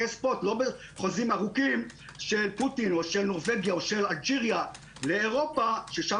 חוזים ארוכים של פוטין או של נורבגיה או של אלג'יריה לאירופה ששם